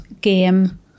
game